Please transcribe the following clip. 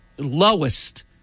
Lowest